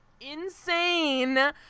insane